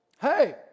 hey